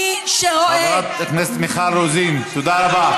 מי שרואה, חברת הכנסת מיכל רוזין, תודה רבה.